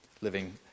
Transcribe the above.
living